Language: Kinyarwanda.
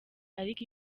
ariko